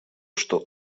что